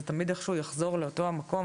זה תמיד איכשהו יחזור לאותו המקום,